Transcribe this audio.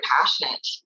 passionate